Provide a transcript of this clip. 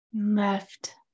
left